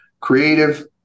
creative